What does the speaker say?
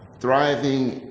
thriving